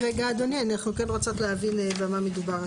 אנחנו רוצות להבין במה מדובר.